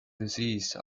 disease